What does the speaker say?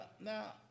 now